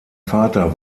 vater